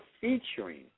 featuring